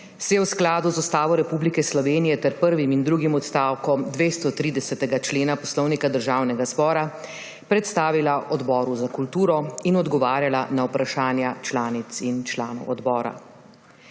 se je v skladu z Ustavo Republike Slovenije ter prvim in drugim odstavkom 230. člena Poslovnika Državnega zbora predstavila Odboru za kulturo in odgovarjala na vprašanja članic in članov odbora.